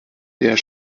der